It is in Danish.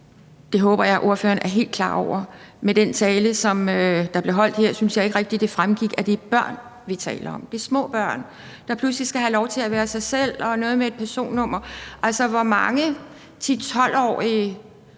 Det håber jeg ordføreren er helt klar over. Med den tale, som blev holdt her, synes jeg ikke rigtig det fremgik, at det er børn, vi taler om. Det er små børn, der pludselig skal have lov til at være sig selv – og noget med et personnummer. Altså, hvor mange 10-12-årige